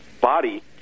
body